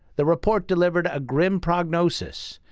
the report delivered a grim prognosis,